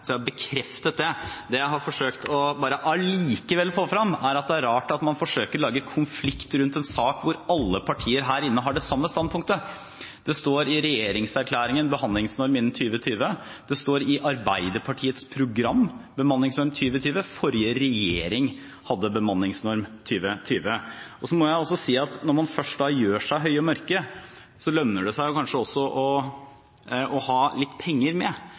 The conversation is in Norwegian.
Det jeg har forsøkt allikevel bare å få frem, er at det er rart at man forsøker å lage konflikt rundt en sak hvor alle partier her inne har det samme standpunktet. Det står i regjeringserklæringen «bemanningsnorm innen 2020», det står i Arbeiderpartiets program bemanningsnorm innen «2020», og den forrige regjeringen hadde bemanningsnorm «innen 2020». Så må jeg også si at når man først gjør seg høy og mørk, lønner det seg kanskje også å ha med litt penger,